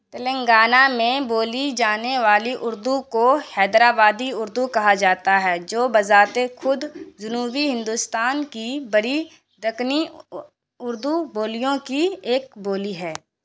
تلنگانہ میں بولی جانے والی اردو کو حیدرآبادی اردو کہا جاتا ہے جو بذات خود جنوبی ہندوستان کی بڑی دکنی اردو بولیوں کی ایک بولی ہے